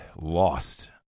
lost